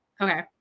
Okay